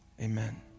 amen